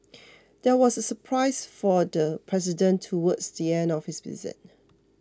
there was a surprise for the president towards the end of his visit